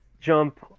jump